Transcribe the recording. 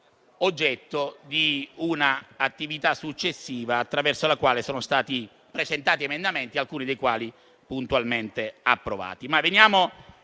oggetto di un'attività successiva, attraverso la quale sono stati presentati emendamenti, alcuni dei quali puntualmente approvati.